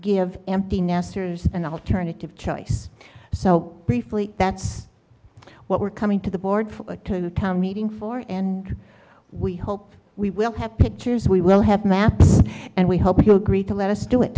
give empty nesters an alternative choice so briefly that's what we're coming to the board meeting for and we hope we will have pictures we will have maps and we hope you'll agree to let us do